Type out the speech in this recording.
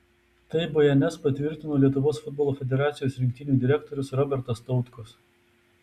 tai bns patvirtino lietuvos futbolo federacijos rinktinių direktorius robertas tautkus